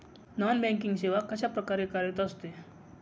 Non banking सेवा कशाप्रकारे कार्यरत असते?